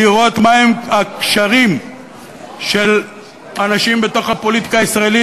לראות מה הם הקשרים של אנשים בתוך הפוליטיקה הישראלית,